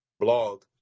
blog